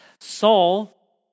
Saul